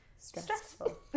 Stressful